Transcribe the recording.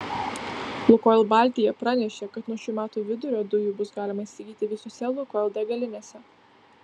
lukoil baltija pranešė kad nuo šių metų vidurio dujų bus galima įsigyti visose lukoil degalinėse